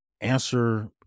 answer